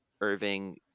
Irving